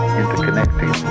interconnecting